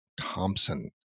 Thompson